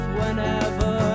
whenever